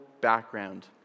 background